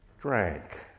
drank